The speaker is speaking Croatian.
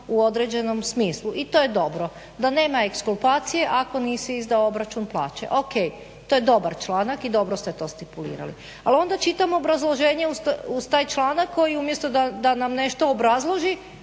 u određenom smislu i to je dobro, da nema eklplupacije ako nisu izdao obračun plaće. O.k. to je dobar članak i dobro ste to stipulirali, ali onda čitam obrazloženje uz taj članak koji umjesto da nam nešto obrazloži